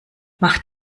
mach